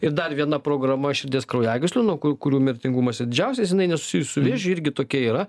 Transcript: ir dar viena programa širdies kraujagyslių nuo ku kurių mirtingumas didžiausias jinai nesusijus su vėžiu irgi tokia yra